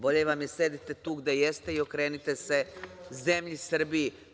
Bolje vam je da sedite tu gde jeste i okrenite se zemlji Srbiji.